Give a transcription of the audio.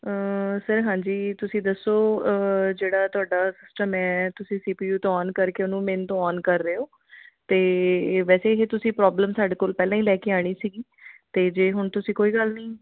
sir ਹਾਂਜੀ ਤੁਸੀਂ ਦੱਸੋ ਜਿਹੜਾ ਤੁਹਾਡਾ ਸਿਸਟਮ ਹੈ ਤੁਸੀਂ ਸੀਪੀਯੂ ਤੋਂ ਓਨ ਕਰਕੇ ਉਹਨੂੰ ਮੇਨ ਤੋਂ ਓਨ ਕਰ ਰਹੇ ਹੋ ਅਤੇ ਵੈਸੇ ਇਹ ਤੁਸੀਂ ਪ੍ਰੋਬਲਮ ਸਾਡੇ ਕੋਲ ਪਹਿਲਾਂ ਹੀ ਲੈ ਕੇ ਆਉਣੀ ਸੀਗੀ ਅਤੇ ਜੇ ਹੁਣ ਤੁਸੀਂ ਕੋਈ ਗੱਲ ਨਹੀਂ